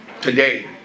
today